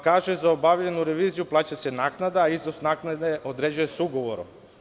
Kaže – za obavljenu reviziju plaća se naknada, a iznos naknade određuje se ugovorom.